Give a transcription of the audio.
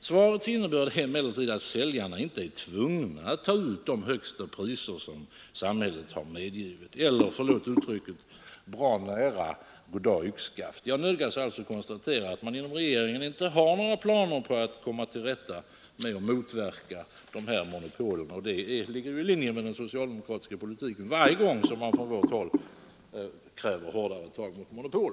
Svarets innebörd är emellertid att säljarna inte är tvungna att ta ut de högsta priser som samhället har medgivit eller — förlåt uttrycket — bra nära goddag yxskaft. Jag nödgas alltså konstatera att regeringen inte har några planer på att komma till rätta med de här monopolen, och det ligger i linje med den socialdemokratiska politiken. Det är likadant varje gång det från vårt håll krävs hårdare tag mot monopol.